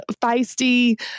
feisty